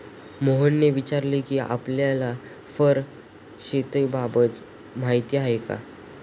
मोहनने विचारले कि आपल्याला फर शेतीबाबत माहीती आहे का?